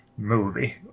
movie